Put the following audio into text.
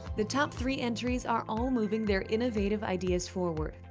the top three entries are all moving their innovative ideas forward,